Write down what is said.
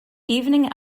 evening